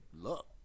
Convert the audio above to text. look